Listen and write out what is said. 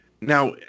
Now